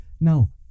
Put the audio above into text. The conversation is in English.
Now